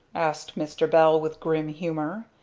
asked mr. bell, with grim humor.